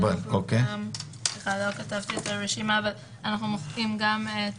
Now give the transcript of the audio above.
אנחנו מוחקים גם את